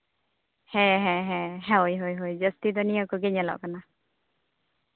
ᱦᱮᱸ ᱦᱮᱸ ᱦᱳᱭ ᱦᱳᱭ ᱡᱟᱹᱥᱛᱤ ᱫᱚ ᱱᱤᱭᱟᱹ ᱠᱚᱜᱮ ᱧᱮᱞᱚᱜ ᱠᱟᱱᱟ